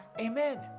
Amen